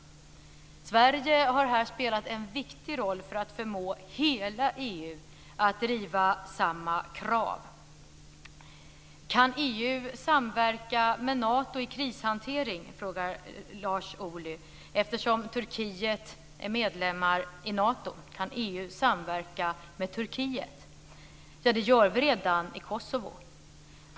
Sverige har här spelat en viktig roll för att förmå hela EU att driva samma krav. Kan EU samverka med Nato i krishantering? frågar Lars Ohly då Turkiet är medlem i Nato. Kan EU samverka med Turkiet? Ja, det gör vi redan i Kosovo.